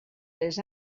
les